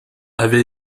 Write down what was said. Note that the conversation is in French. avait